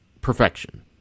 perfection